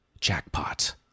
Jackpot